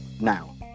now